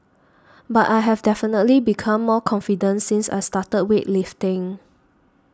but I have definitely become more confident since I started weightlifting